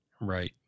Right